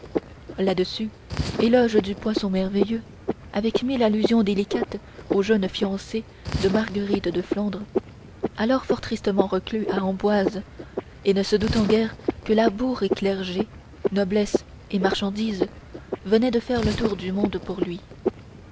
d'or là-dessus éloge du poisson merveilleux avec mille allusions délicates au jeune fiancé de marguerite de flandre alors fort tristement reclus à amboise et ne se doutant guère que labour et clergé noblesse et marchandise venaient de faire le tour du monde pour lui